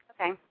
Okay